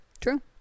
True